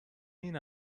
این